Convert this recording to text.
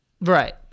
Right